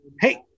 Hey